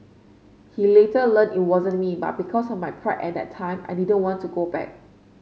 he later learned it wasn't me but because of my pride at that time I didn't want to go back